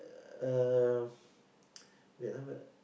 um wait ah what